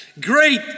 Great